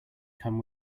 come